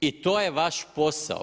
I to je vaš posao.